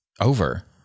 over